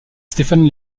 stéphan